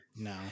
No